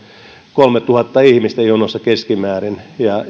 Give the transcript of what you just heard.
kolmetuhatta ihmistä jonossa keskimäärin